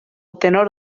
tenor